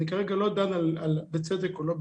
אני כרגע לא דן בשאלה האם היא מוצדקת או לא,